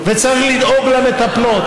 וצריך לדאוג למטפלות.